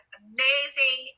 amazing